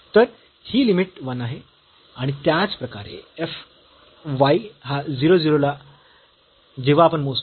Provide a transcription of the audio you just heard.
तर ही लिमिट 1 आहे आणि त्याचप्रकारे f y हा 0 0 ला जेव्हा आपण मोजतो